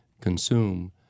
consume